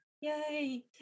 Yay